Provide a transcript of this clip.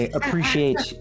appreciate